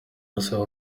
asaba